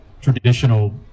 traditional